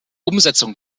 umsetzung